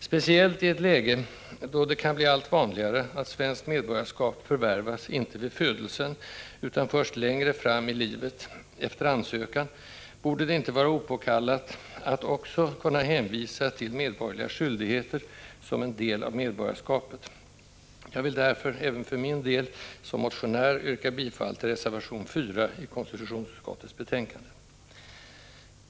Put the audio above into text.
Speciellt i ett läge då det kan bli allt vanligare att svenskt medborgarskap förvärvas, inte vid födelsen utan först längre fram i livet, efter ansökan, borde det inte vara opåkallat att också kunna hänvisa till medborgerliga skyldigheter som en del av medborgarskapet. Jag vill därför även för min del som motionär yrka bifall till reservation 4 till konstitutionsutskottets betänkande.